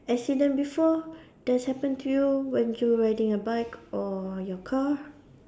accident before that's happen to you when you riding a bike or your car